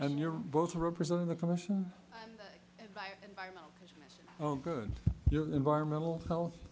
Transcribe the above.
and you're both representing the commission on good environmental health